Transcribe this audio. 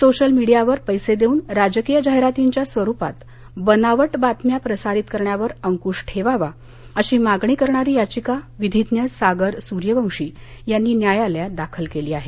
social मीडियावर पैसे देऊन राजकीय जाहिरातींच्या स्वरुपात बनावट बातम्या प्रसारित करण्यावर अंक्श ठेवावा अशी मागणी करणारी याचिका विधीज्ञ सागर सूर्यवंशी यांनी न्यायालयात दाखल केली आहे